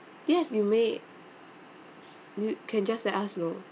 yes you may you can just let us know